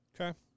Okay